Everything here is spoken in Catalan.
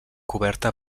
coberta